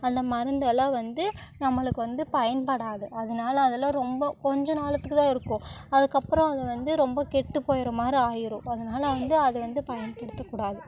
அந்த மருந்தல்லாம் வந்து நம்மளுக்கு வந்து பயன்படாது அதனால அதெல்லாம் ரொம்ப கொஞ்ச நாளுத்துக்கு தான் இருக்கும் அதுக்கப்புறம் அது வந்து ரொம்ப கெட்டு போயிடுற மாரி ஆயிரும் அதனால அது வந்து அதை வந்து பயன்படுத்தக்கூடாது